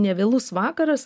nevėlus vakaras